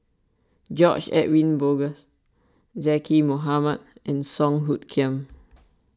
George Edwin Bogaars Zaqy Mohamad and Song Hoot Kiam